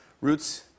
Roots